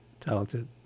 talented